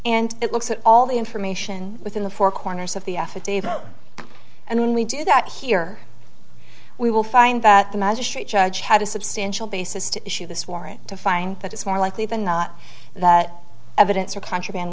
and it looks at all the information within the four corners of the affidavit and we do that here we will find that the magistrate judge had a substantial basis to issue this warrant to find that it's more likely than not that evidence or contraband